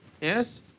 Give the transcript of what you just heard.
Yes